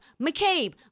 McCabe